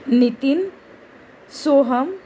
Nitin Soham